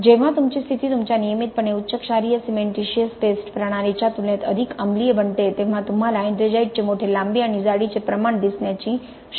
जेव्हा तुमची स्थिती तुमच्या नियमितपणे उच्च क्षारीय सिमेंटिशिअस पेस्ट प्रणालीच्या तुलनेत अधिक अम्लीय बनते तेव्हा तुम्हाला एट्रिंजाइटचे मोठे लांबी आणि जाडीचे प्रमाण दिसण्याची शक्यता असते